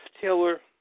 Taylor